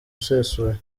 usesuye